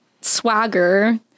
swagger